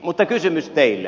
mutta kysymys teille